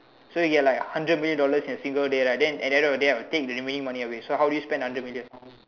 so you get like hundred million dollars in a single day right then at the end of the day I will take the remaining money away so how do you spend hundred million